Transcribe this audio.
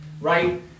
right